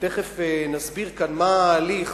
ותיכף נסביר כאן מה ההליך